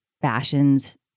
Fashions